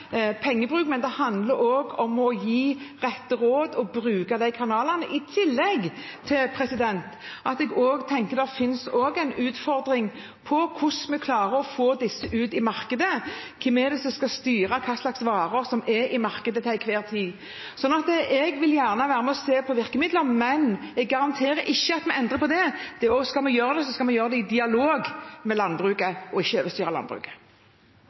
pengebruk. Det handler også om å gi riktige råd og å bruke de kanalene. I tillegg finnes det også en utfordring knyttet til hvordan vi klarer å få disse ut i markedet. Hvem skal styre hvilke varer som er i markedet til enhver tid? Jeg vil gjerne være med på å se på virkemidler, men jeg garanterer ikke at vi endrer på det. Skal vi gjøre det, skal vi gjøre det i dialog med landbruket. Vi skal ikke overstyre landbruket. Eg hadde håpt at statsråden skulle visa til noko av det arbeidet som skjer i Omsetningsrådet, og